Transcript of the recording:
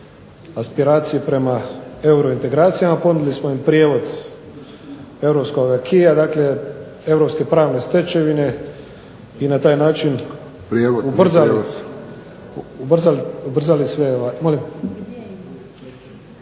aspiracije prema Europskim integracijama, ponudili smo prijevod Europske pravne stečevine i na taj način ubrzali sve.